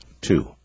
two